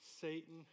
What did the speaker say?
Satan